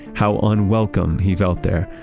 how unwelcome he felt there,